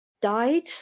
died